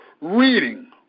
reading